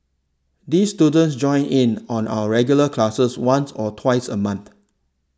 these students join in on our regular classes once or twice a month